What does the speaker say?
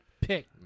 pick